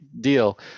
deal